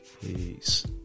Peace